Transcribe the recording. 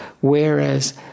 whereas